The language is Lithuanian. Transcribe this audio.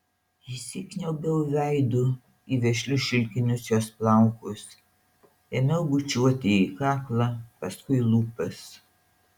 įsikniaubiau veidu į vešlius šilkinius jos plaukus ėmiau bučiuoti jai kaklą paskui lūpas